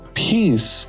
peace